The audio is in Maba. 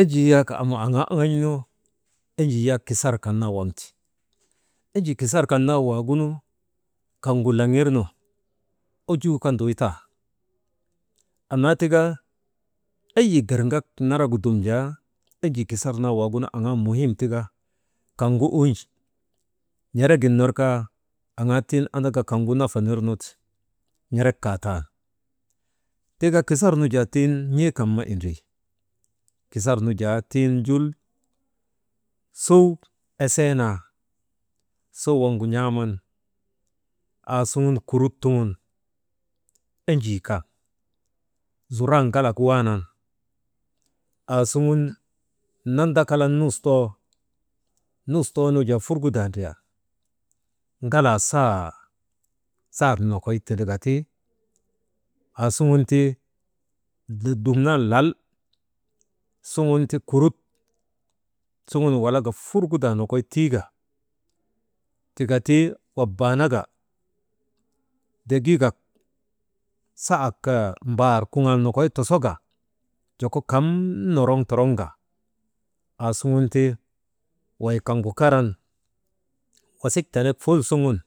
Enjii yak am aŋaa aŋan̰nu, enjii yak kisar kan naa waŋ ti, enjii kisar kan naa waagunu kaŋgu laŋir kaa ojuu kaa nduy tan, annaa tika eyi gerŋek naragu dum jaa enjii kisar naa waagunu aŋaa muhim tika kaŋgu uji n̰eregin ner kaa aŋaa tiŋ andaka kaŋgu nafanirnu ti n̰erek kaa tan. Tika kisar nujaa tiŋ n̰ee kan ma indrii, kisar nu jaa tiŋ jul sow esee naa, sow waŋgun n̰aaman aasuŋun kurut tuŋun enjii kan, zurak ŋalak waanan aasuŋun nandakalan nus too,. Nus too nu jaa furgudaa ndriyan ŋalaa saa saak nokoy tindakati, aasugun libinan lal suŋun ti kuruk suŋun walaka furgudaa nokoy tiika tika ti wabaanaka kaa degiigak, saak mbaar, kuŋaal nokoy tosoka joko kamnoroŋ toroŋka, aasuŋun ti wey kaŋgu karan wasik tenek fulsuŋun